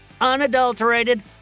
unadulterated